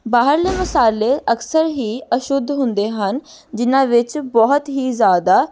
ਬਾਹਰਲੇ ਮਸਾਲੇ ਅਕਸਰ ਹੀ ਅਸ਼ੁੱਧ ਹੁੰਦੇ ਹਨ ਜਿਨ੍ਹਾਂ ਵਿੱਚ ਬਹੁਤ ਹੀ ਜ਼ਿਆਦਾ